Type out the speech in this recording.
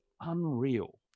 unreal